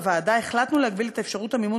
בוועדה החלטנו להגביל את אפשרות המימון